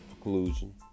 collusion